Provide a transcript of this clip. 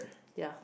ya